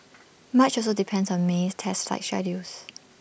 much also depends on May's test flight schedules